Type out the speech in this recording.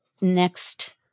next